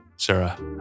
Sarah